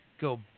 go